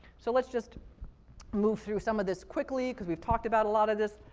so let's just move through some of this quickly because we've talked about a lot of this.